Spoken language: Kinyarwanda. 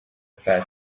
saa